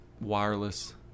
wireless